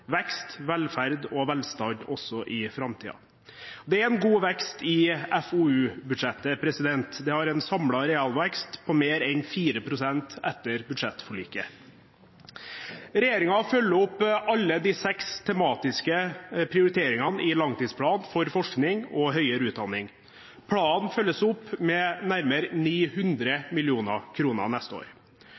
vekst, velferd og velstand også i framtiden. Det er en god vekst i FoU-budsjettet – det har en samlet realvekst på mer enn 4 pst. etter budsjettforliket. Regjeringen følger opp alle de seks tematiske prioriteringene i langtidsplanen for forskning og høyere utdanning. Planen følges opp med nærmere 900 mill. kr neste år.